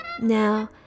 Now